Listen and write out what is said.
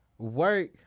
work